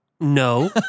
No